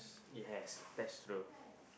he has that's true